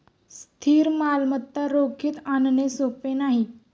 स्थिर मालमत्ता रोखीत आणणे सोपे नाही